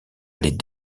les